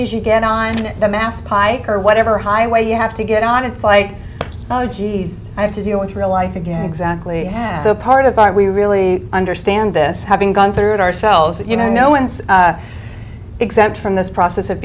as you get on the mass pike or whatever highway you have to get on it's like oh geez i have to deal with real life again exactly so part of our we really understand this having gone through it ourselves that you know no one's exempt from this process of